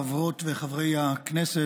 חברות וחברי הכנסת,